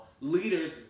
leaders